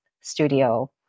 studio